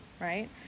right